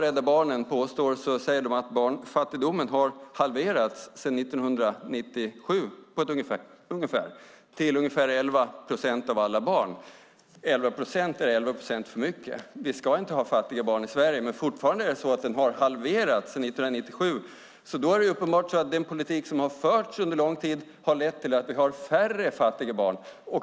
Rädda Barnen påstår att barnfattigdomen ungefär har halverats sedan 1997, till ca 11 procent av alla barn. 11 procent är 11 procent för mycket. Vi ska inte ha fattiga barn i Sverige, men fortfarande har barnfattigdomen halverats sedan 1997. Det är därmed uppenbart att den politik som har förts under lång tid har lett till att vi har färre fattiga barn.